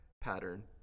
pattern